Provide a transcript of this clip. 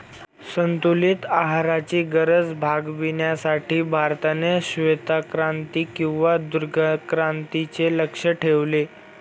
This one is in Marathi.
संतुलित आहाराची गरज भागविण्यासाठी भारताने श्वेतक्रांती किंवा दुग्धक्रांतीचे लक्ष्य ठेवले